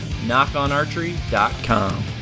knockonarchery.com